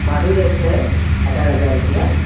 ભાડું રહેશે અઢાર હજાર રૂપિયા